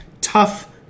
tough